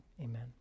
Amen